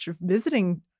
visiting